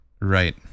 Right